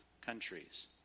countries